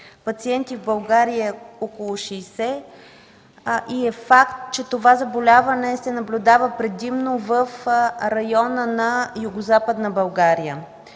пациенти в България е около 60 и е факт, че това заболяване се наблюдава предимно в района на Югозападна България.